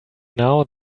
now